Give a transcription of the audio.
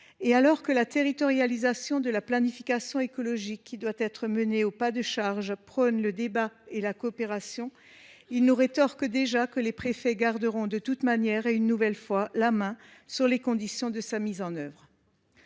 Alors que la territorialisation de la planification écologique, qui doit être menée au pas de charge, prône le débat et la coopération, ils nous rétorquent déjà que les préfets garderont de toute manière et, une nouvelle fois, la main sur les conditions de sa mise en œuvre.